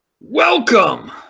Welcome